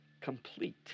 complete